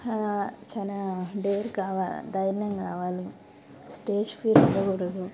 చాలా డేర్ కావాలి ధైర్యం కావాలి స్టేజ్ ఫియర్ ఉండకూడదు